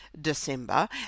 December